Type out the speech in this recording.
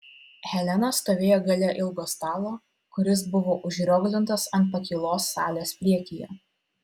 helena stovėjo gale ilgo stalo kuris buvo užrioglintas ant pakylos salės priekyje